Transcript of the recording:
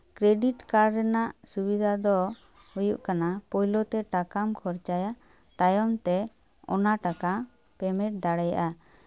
credit card ᱨᱮᱱᱟᱜ ᱥᱩᱵᱤᱫᱷᱟ ᱫᱚ ᱦᱩᱭᱩᱜ ᱠᱟᱱᱟ ᱯᱳᱭᱞᱳ ᱛᱮ ᱴᱟᱠᱟᱢ ᱠᱷᱚᱨᱪᱟᱭᱟ ᱛᱟᱭᱚᱢ ᱛᱮ ᱚᱱᱟ ᱴᱟᱠᱟ ᱯᱮᱢᱮᱱᱴ ᱫᱟᱲᱮᱭᱟᱜᱼᱟ